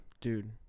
Dude